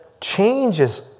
changes